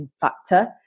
factor